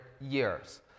years